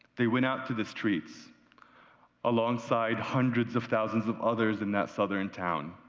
they went out to the streets alongside hundreds of thousands of others in that southern town,